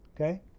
Okay